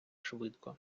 швидко